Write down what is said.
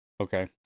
Okay